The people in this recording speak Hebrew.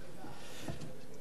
אדוני היושב-ראש,